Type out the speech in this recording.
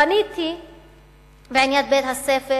פניתי בעניין בית-הספר